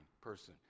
person